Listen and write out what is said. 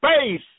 space